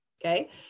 Okay